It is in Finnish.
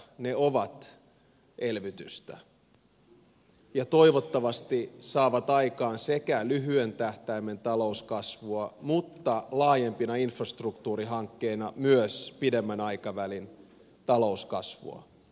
ne ovat elvytystä ja toivottavasti saavat aikaan sekä lyhyen tähtäimen talouskasvua mutta laajempina infrastruktuurihankkeina myös pidemmän aikavälin talouskasvua